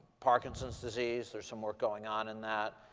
parkinson's disease there's some work going on in that.